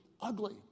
ugly